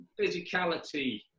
physicality